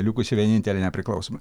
likusi vienintelė nepriklausoma